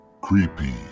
Creepy